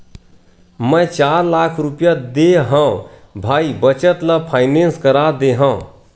मै चार लाख रुपया देय हव भाई बचत ल फायनेंस करा दे हँव